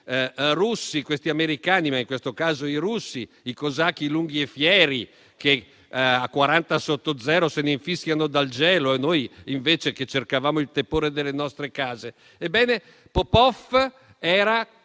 russi e questi americani, ma in questo caso i russi, "i cosacchi lunghi e fieri" che "a quaranta sotto zero se ne infischiano del gelo", mentre noi invece cercavamo il tepore delle nostre case. Ebbene, Popoff